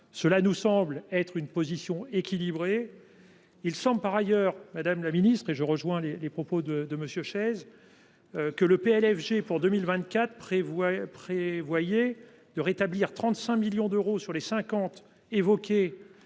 Cela nous paraît une position équilibrée. Il semble par ailleurs, madame la ministre, et je rejoins les propos de M. Chaize, que le PLFG pour 2024 prévoie de rétablir 35 millions d’euros sur les 50 millions